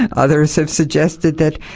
and others have suggested that,